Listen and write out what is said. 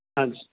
ਹਾਂਜੀ